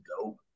dope